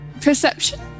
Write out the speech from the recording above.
perception